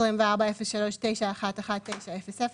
24.03.911900,